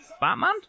Batman